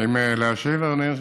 האם להשיב, אדוני היושב-ראש?